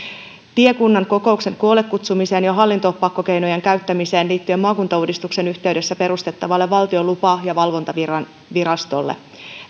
tiekunnan kokouksen koolle kutsumiseen ja hallintopakkokeinojen käyttämiseen liittyen maakuntauudistuksen yhteydessä perustettavalle valtion lupa ja valvontavirastolle